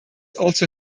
also